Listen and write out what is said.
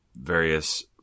various